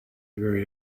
very